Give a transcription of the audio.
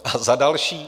A za další.